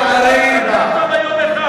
נראה אותך גר שם יום אחד.